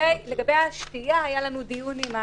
לגבי השתייה, היה לנו דיון עם המשטרה.